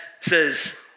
says